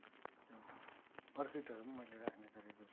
एकदम अर्किडहरू पनि मैले राख्ने गरेको छु